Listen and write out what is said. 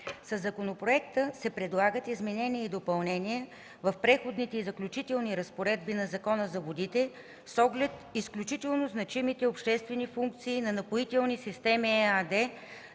Със законопроекта се предлагат изменения и допълнения в преходните и заключителните разпоредби на Закона за водите с оглед изключително значимите обществени функции на „Напоителни системи” ЕАД